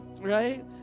Right